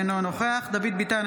אינו נוכח דוד ביטן,